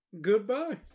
Goodbye